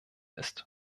ist